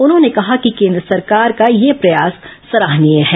उन्होंने कहा कि केन्द्र सरकार का यह प्रयास सराहनीय है